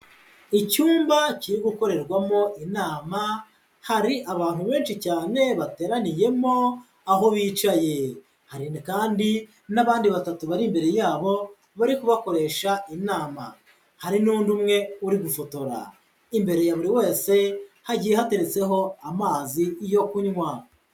Icyumba kiri gukorerwamo inama, hari abantu benshi cyane bateraniyemo aho bicaye. Hari kandi n'abandi batatu bari imbere yabo, bari kubakoresha inama. Hari n'undi umwe uri gufotora. Imbere ya buri wese hagiye hateretseho amazi yo kunywa.